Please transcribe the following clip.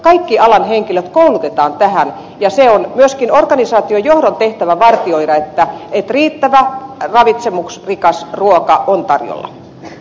kaikki alan henkilöt koulutetaan tähän ja on myöskin organisaatiojohdon tehtävä vartioida että riittävä ravitsemusrikas ruoka on tarjolla